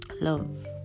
love